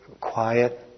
quiet